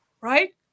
right